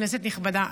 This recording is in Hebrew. כנסת נכבדה,